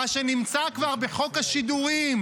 בחוק השידורים,